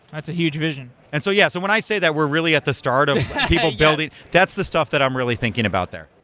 that's a huge vision and so yeah. so when i say that we're really at the start of people building, that's the stuff that i'm really thinking about there.